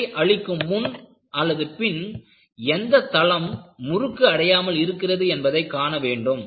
விசை அளிக்கும் முன் அல்லது பின் எந்த தளம் முறுக்கு அடையாமல் இருக்கிறது என்பதை காண வேண்டும்